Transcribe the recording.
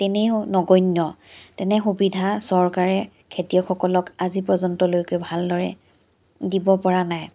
এনেও নগন্য তেনে সুবিধা চৰকাৰে খেতিয়কসকলক আজি পৰ্যন্তলৈকে ভালদৰে দিব পৰা নাই